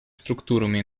структурами